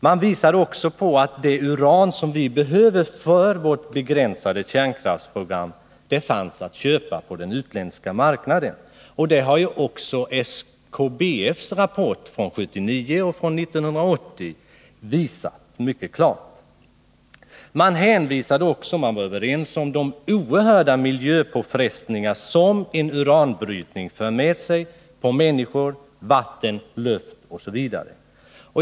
Man pekade också på att det uran som vi behöver för vårt begränsade kärnkraftsprogram fanns att köpa på den utländska marknaden, vilket också SKBF:s rapporter från 1979 och 1980 visat mycket klart. Dessutom var man överens om att en uranbrytning skulle föra med sig oerhörda miljöpåfrestningar när det gäller människor, vatten, luft osv.